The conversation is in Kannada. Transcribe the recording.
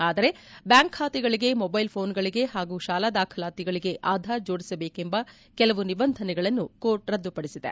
ಆದರೆ ಬ್ಯಾಂಕ್ ಬಾತೆಗಳಗೆ ಮೊಬೈಲ್ ಪೋನುಗಳಗೆ ಹಾಗೂ ಶಾಲಾ ದಾಖಲಾತಿಗಳಗೆ ಆಧಾರ್ ಜೋಡಿಸಬೇಕೆಂಬ ಕೆಲವು ನಿಬಂಧನೆಗಳನ್ನು ಕೋರ್ಟ್ ರದ್ದುಪಡಿಸಿದೆ